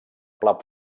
pla